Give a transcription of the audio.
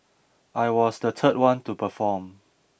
I was the third one to perform